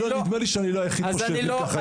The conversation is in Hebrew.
ונדמה לי שאני לא היחיד פה שהבין ככה את דבריך.